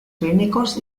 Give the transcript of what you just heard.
clínicos